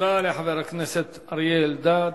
תודה לחבר הכנסת אריה אלדד.